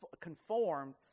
conformed